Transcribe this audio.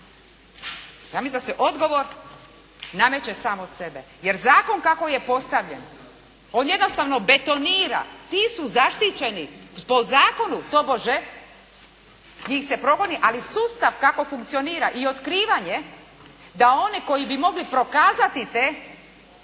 Ja mislim da se odgovor nameće sam od sebe, jer zakon kako je postavljen, on jednostavno betonira. Ti su zaštićeni po zakonu, tobože njih se progoni, ali sustav tako funkcionira i otkrivanje da one koji bi mogli prokazati te